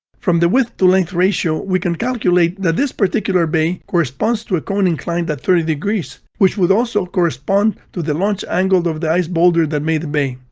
from the width-to-length ratio we can calculate that this particular bay corresponds to a cone inclined at thirty degrees, which would also correspond to the launch angle of the ice boulder that made the bay.